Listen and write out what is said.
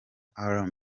alarm